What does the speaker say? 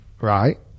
Right